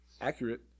accurate